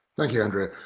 thank you andrea.